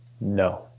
No